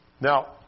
Now